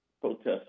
protest